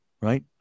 right